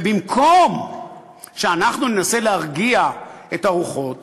ובמקום שאנחנו ננסה להרגיע את הרוחות